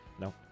no